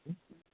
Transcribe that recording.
okay